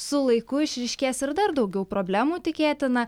su laiku išryškės ir dar daugiau problemų tikėtina